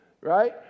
Right